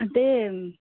అంటే